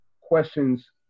questions